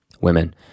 women